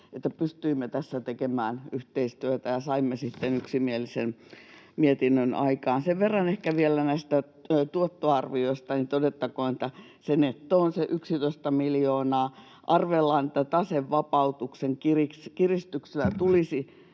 että pystyimme tässä tekemään yhteistyötä ja saimme sitten yksimielisen mietinnön aikaan. Sen verran ehkä vielä näistä tuottoarvioista todettakoon, että netto on se 11 miljoonaa. Arvellaan, että tasevapautuksen kiristyksellä tulisi